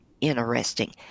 interesting